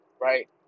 right